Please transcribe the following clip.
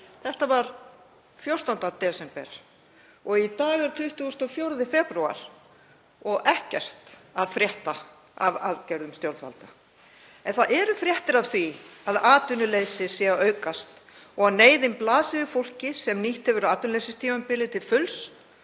Þetta var 14. desember og í dag er 24. febrúar og ekkert að frétta af aðgerðum stjórnvalda. En það berast fréttir af því að atvinnuleysi sé að aukast og að neyðin blasi við fólki sem nýtt hefur atvinnuleysistímabilið til fulls